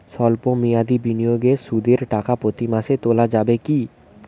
সল্প মেয়াদি বিনিয়োগে সুদের টাকা প্রতি মাসে তোলা যাবে কি?